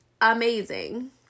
amazing